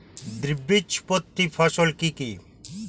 দ্বিবীজপত্রী ফসল কি কি?